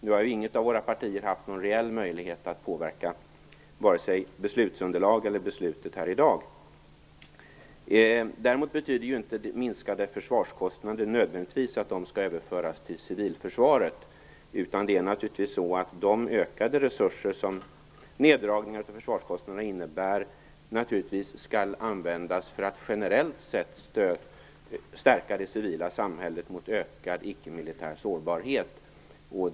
Nu har inget av våra partier haft någon reell möjlighet att påverka vare sig beslutsunderlaget eller det kommande beslutet. Däremot betyder inte minskade försvarskostnader nödvändigtvis att de skall överföras till civilförsvaret, utan de ökade resurser som neddragningar av försvarskostnaderna innebär skall användas för att generellt stärka det civila samhället mot ökad icke-militär sårbarhet.